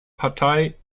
partei